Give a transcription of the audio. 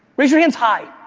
raise your hands high.